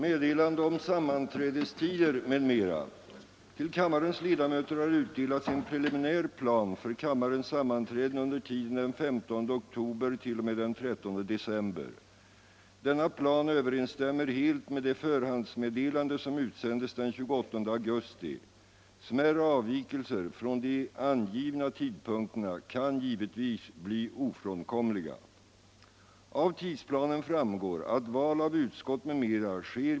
Eders Majestät!